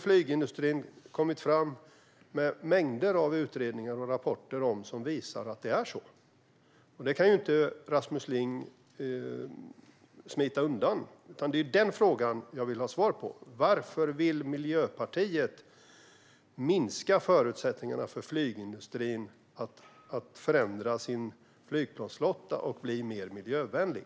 Flygindustrin har kommit med mängder av utredningar och rapporter som visar att det är så. Detta kan inte Rasmus Ling smita undan, utan det är den frågan jag vill ha svar på: Varför vill Miljöpartiet minska förutsättningarna för flygindustrin att förändra sin flygplansflotta och bli mer miljövänlig?